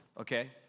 Okay